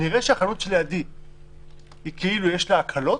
אני אראה שלחנות שלידי יש הקלות